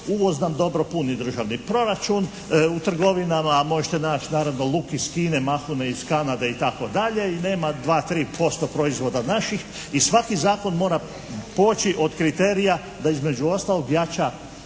Izvoz nam dobro puni državni proračun, u trgovinama možete naći naravno luk iz Kine, mahune iz Kanade itd. i nema 2, 3% proizvoda naših i svaki zakon mora poći od kriterija da između ostalog jača